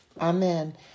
Amen